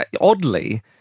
Oddly